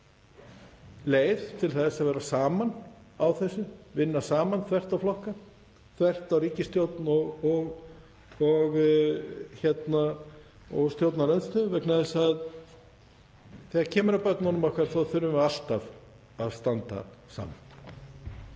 leið til þess að vera saman á þessu, vinna saman þvert á flokka, þvert á ríkisstjórn og stjórnarandstöðu, vegna þess að þegar kemur að börnunum okkar þá þurfum við alltaf að standa saman.